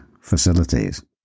facilities